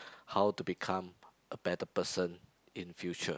how to become a better person in future